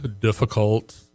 difficult